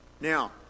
now